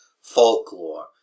folklore